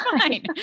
fine